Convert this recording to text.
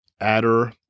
Adder